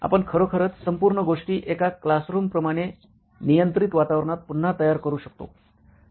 आपण खरोखरच संपूर्ण गोष्टी एका क्लासरूमप्रमाणे नियंत्रित वातावरणात पुन्हा तयार करू शकतो